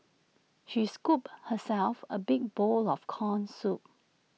she scooped herself A big bowl of Corn Soup